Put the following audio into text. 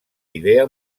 idea